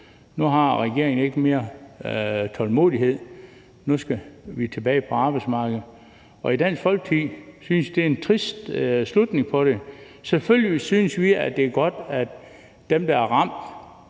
Nu har regeringen ikke mere tålmodighed, og nu skal de tilbage på arbejdsmarkedet. I Dansk Folkeparti synes vi, det er en trist slutning på det. Selvfølgelig synes vi, at det er godt, at dem, der er ramt